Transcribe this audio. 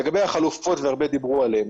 לגבי החלופות והרבה דיברו עליהן.